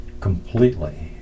completely